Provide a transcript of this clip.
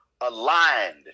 aligned